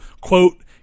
quote